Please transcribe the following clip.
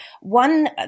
one